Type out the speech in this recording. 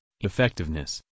effectiveness